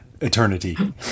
eternity